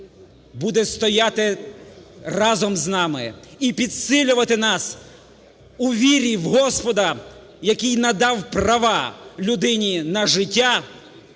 буде стояти разом з нами і підсилювати у вірі в Господа, який надав права людині на життя,